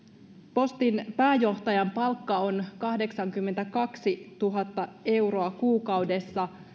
postin pääjohtajan palkka on kahdeksankymmentäkaksituhatta euroa kuukaudessa